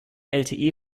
lte